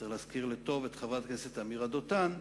צריך להזכיר לטוב את חברת הכנסת עמירה דותן.